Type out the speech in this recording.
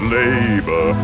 labor